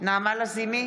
נעמה לזימי,